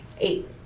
Eight